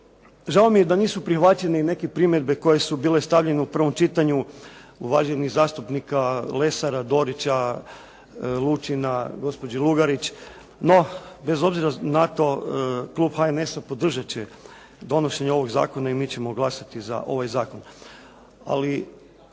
Žao mi je da nisu prihvaćene i neke primjedbe koje su bile stavljene u prvom čitanju uvaženih zastupnika Lesara, Dorića, Lučina, gospođe Lugarić. No, bez obzira na to klub HNS-a podržat će donošenje ovoga zakona i mi ćemo glasati za ovaj zakon. Ali